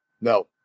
No